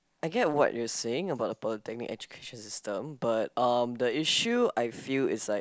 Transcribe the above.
I get what you're saying about the polytechnic education system but um the issue I feel is like